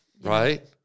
right